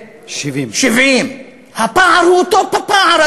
70. 70. הפער הוא אותו פער,